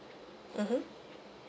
mmhmm